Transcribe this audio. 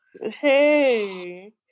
hey